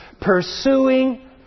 pursuing